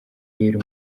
rero